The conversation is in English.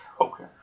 Okay